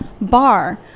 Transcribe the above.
bar